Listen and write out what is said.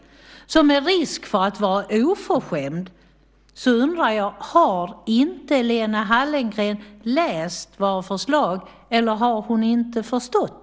Med risk för att vara oförskämd undrar jag: Har inte Lena Hallengren läst våra förslag, eller har hon inte förstått?